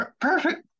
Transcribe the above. Perfect